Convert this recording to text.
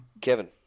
Kevin